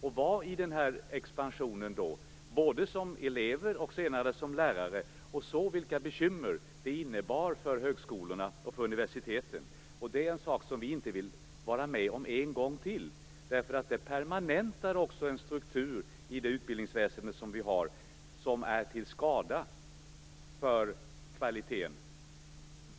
Vi var med om expansionen, både som elever och senare som lärare. Vi såg vilka bekymmer det innebar för högskolorna och universiteten. Det är en sak som vi inte vill vara med om en gång till. Det permanentar nämligen en struktur i det utbildningsväsende vi har som är till skada för kvaliteten.